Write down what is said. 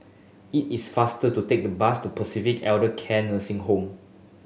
it is faster to take the bus to Pacific Elder Care Nursing Home